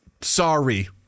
sorry